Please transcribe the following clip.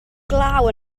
glaw